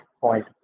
point